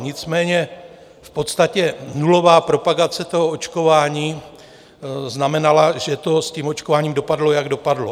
Nicméně v podstatě nulová propagace očkování znamenala, že to s očkováním dopadlo, jak dopadlo.